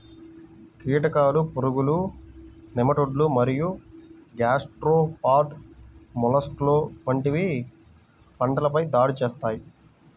కీటకాలు, పురుగులు, నెమటోడ్లు మరియు గ్యాస్ట్రోపాడ్ మొలస్క్లు వంటివి పంటలపై దాడి చేస్తాయి